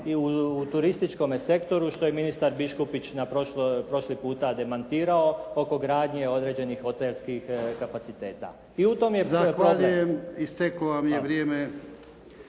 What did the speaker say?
i u turističkome sektoru što je ministar Biškupić prošli puta demantirao oko gradnje određenih hotelskih kapaciteta i u tome je problem.